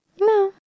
No